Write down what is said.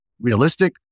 realistic